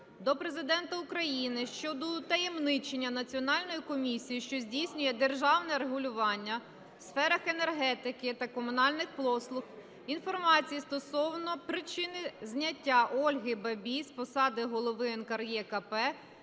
до Президента України щодо утаємничення Національною комісією, що здійснює державне регулювання у сферах енергетики та комунальних послуг інформації стосовно причини зняття Ольги Бабій з посади голови НКРЕКП